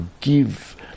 give